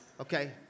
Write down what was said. Okay